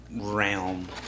realm